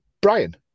Brian